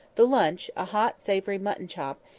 the lunch a hot savoury mutton-chop,